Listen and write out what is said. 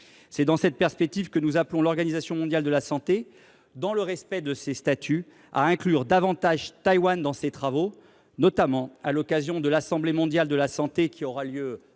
C’est dans cette perspective que nous appelons l’OMS, dans le respect de ses statuts, à inclure davantage Taïwan dans ses travaux, notamment à l’occasion de l’Assemblée mondiale de la santé, qui aura lieu